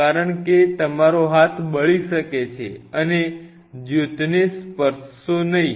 કારણ કે તમારો હાથ બળી શકે છે અને જ્યોતને સ્પર્શશો નહીં